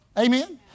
Amen